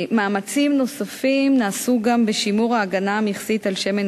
מאמצים נוספים נעשו גם בשימור ההגנה המכסית על שמן